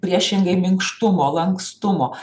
priešingai minkštumo lankstumo